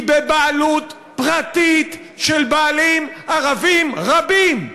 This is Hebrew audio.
היא בבעלות פרטית של בעלים ערבים רבים.